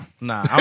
Nah